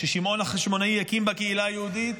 ששמעון החשמונאי הקים בה קהילה יהודית,